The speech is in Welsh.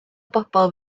bobl